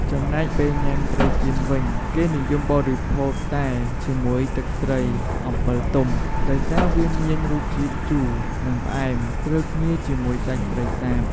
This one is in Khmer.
ចំណែកពេលញុាំត្រីចៀនវិញ គេនិយមបរិភោគតែជាមួយទឹកត្រីអម្ពិលទុំ ដោយសារវាមានរសជាតិជូរ និងផ្អែមត្រូវគ្នាជាមួយសាច់ត្រីសាប។